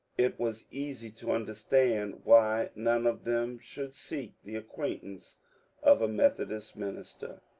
it was easy to understand why none of them should seek the acquaintance of a methodist minister.